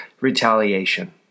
retaliation